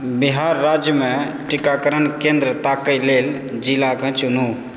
बिहार राज्यमे टीकाकरण केन्द्र ताकै लेल जिलाकेँ चुनू